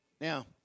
Now